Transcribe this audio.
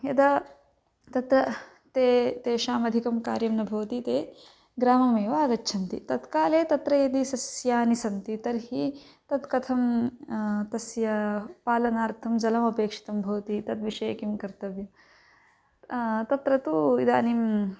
यदा तत्र ते तेषाम् अधिकं कार्यं न भवति ते ग्राममेव आगच्छन्ति तत्काले तत्र यदि सस्यानि सन्ति तर्हि तत् कथं तस्य पालनार्थं जलमपेक्षितं भवति तद्विषये किं कर्तव्यं तत्र तु इदानीं